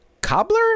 cobbler